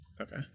Okay